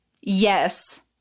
Yes